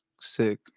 Sick